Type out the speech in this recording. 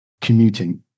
commuting